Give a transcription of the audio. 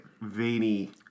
veiny